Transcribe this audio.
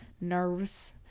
nerves